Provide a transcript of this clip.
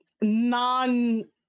non